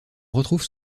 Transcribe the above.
retrouve